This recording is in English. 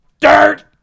dirt